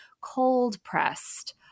cold-pressed